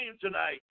tonight